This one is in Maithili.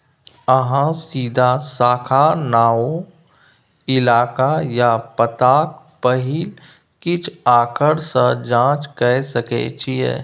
अहाँ सीधा शाखाक नाओ, इलाका या पताक पहिल किछ आखर सँ जाँच कए सकै छी